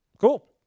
cool